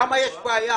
למה יש בעיה?